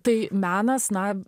tai menas na